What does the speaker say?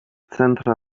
centra